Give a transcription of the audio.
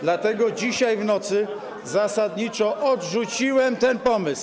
Dlatego dzisiaj w nocy zasadniczo odrzuciłem ten pomysł.